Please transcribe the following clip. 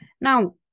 Now